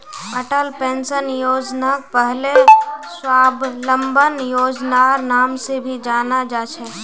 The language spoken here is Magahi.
अटल पेंशन योजनाक पहले स्वाबलंबन योजनार नाम से भी जाना जा छे